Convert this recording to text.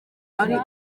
ari